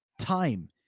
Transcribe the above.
time